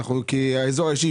האזור האישי,